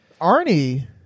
Arnie